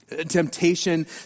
Temptation